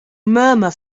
murmur